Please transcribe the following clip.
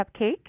cupcake